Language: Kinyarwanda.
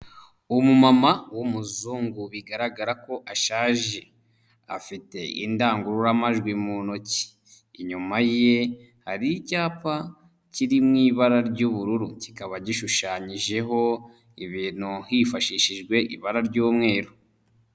Umumama w'umuzungu bigaragara ko ashaje, afite indangururamajwi mu ntoki, inyuma ye hari icyapa kiri mu ibara ry'ubururu, kikaba gishushanyijeho ibintu hifashishijwe ibara ry'umweru.